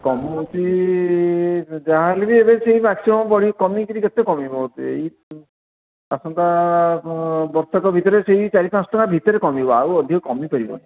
କମୁଛି ଯାହାହେଲେ ବି ଏବେ ସେଇ ମାକ୍ସିମମ୍ କମିକରି କେତେ କମିବ ସେଇ ଆସନ୍ତା ବର୍ଷକ ଭିତରେ ସେଇ ଚାରି ପାଞ୍ଚ ଟଙ୍କା ଭିତରେ କମିବ ଆଉ ଅଧିକ କମି ପାରିବନି